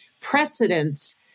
precedence